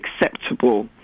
acceptable